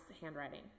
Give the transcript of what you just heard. handwriting